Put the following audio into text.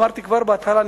אמרתי כבר בהתחלה,